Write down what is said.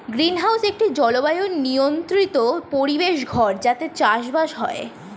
greenhouse একটি জলবায়ু নিয়ন্ত্রিত পরিবেশ ঘর যাতে চাষবাস হয়